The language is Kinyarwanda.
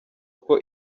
uko